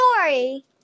story